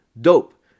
Dope